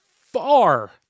far